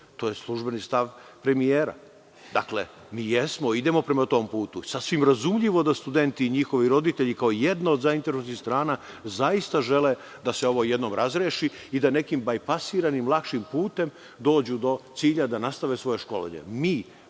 To je službeni stav premijera. Dakle, idemo prema tom putu i sasvim je razumljivo da studenti i njihovi roditelji kao jedna od zainteresovanih strana zaista žele da se ovo jednom razreši i da nekim bajpasiranim lakšim putem dođu do cilja da nastave svoje